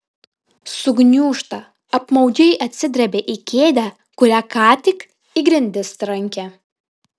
sugniūžta apmaudžiai atsidrebia į kėdę kurią ką tik į grindis trankė